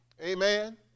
amen